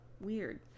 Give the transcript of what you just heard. Weird